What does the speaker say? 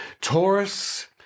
Taurus